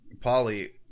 Polly